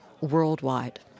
worldwide